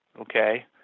Okay